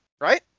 right